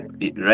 right